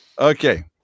Okay